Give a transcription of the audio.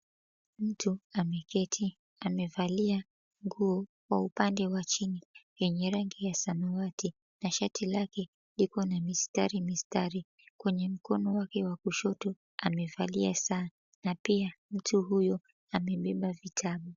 Mtu ameketi amevali nguo kwa upande wa chini yenye rangi ya samawati na shati lake liko na mistari mistari, kwenye mkono wake wa kushoti amevalia saa na pia mtu huyu amebeba vitabu.